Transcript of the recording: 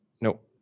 Nope